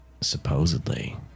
supposedly